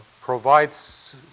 Provides